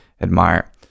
admire